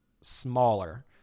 smaller